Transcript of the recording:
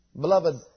Beloved